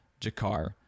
Jakar